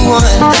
one